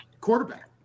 Quarterback